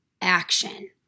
action